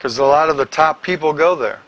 ecause a lot of the top people go there